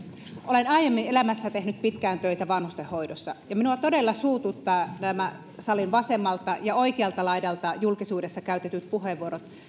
olen aiemmin elämässäni tehnyt pitkään töitä vanhustenhoidossa ja minua todella suututtaa nämä salin vasemmalta ja oikealta laidalta julkisuudessa käytetyt puheenvuorot